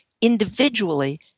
individually